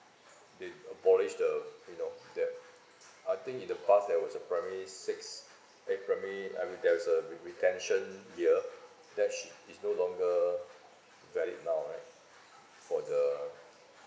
they abolish the you know the I think in the past there was a primary six eh primary I mean there is the re~ retention year that should is no longer valid now right for the